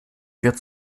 wird